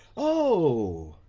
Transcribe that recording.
oh!